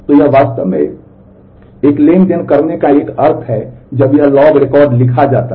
तो यह वास्तव में एक ट्रांज़ैक्शन करने का एक अर्थ है जब यह लॉग रिकॉर्ड लिखा जाता है